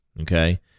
Okay